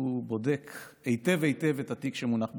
הוא בודק בדוק היטב את התיק שמונח לפניו,